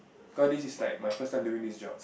cause this is like my first time doing this job